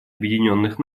объединенных